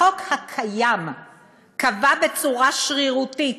החוק הקיים קבע בצורה שרירותית